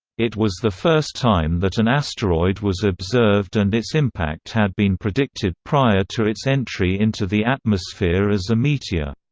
it was the first time that an asteroid was observed and its impact had been predicted prior to its entry into the atmosphere as a meteor.